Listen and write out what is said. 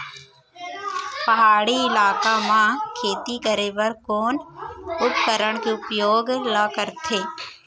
पहाड़ी इलाका म खेती करें बर कोन उपकरण के उपयोग ल सकथे?